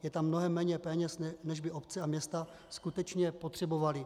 Je tam mnohem méně peněz, než by obce a města skutečně potřebovaly.